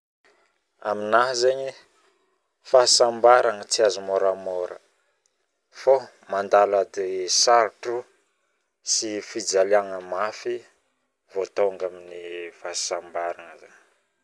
Aminahy zegny e fahasambaragna tsy azo moramora fao mandalo ady sarotro sy fojalialagna mafy vao tonga amin'ny fahasambaragna zegny